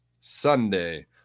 Sunday